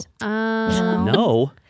No